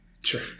Sure